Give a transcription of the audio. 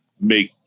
make